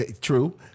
True